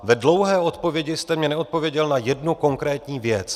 V dlouhé odpovědi jste mi neodpověděl na jednu konkrétní věc.